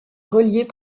reliées